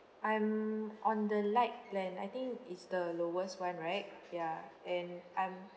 I'm on the lite plan I think it's the lowest one right ya and I'm